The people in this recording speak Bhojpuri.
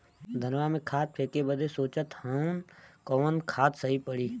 धनवा में खाद फेंके बदे सोचत हैन कवन खाद सही पड़े?